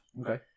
Okay